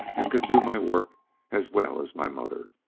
and could do my work as well as my mother.